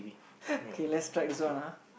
okay let's strike this one ah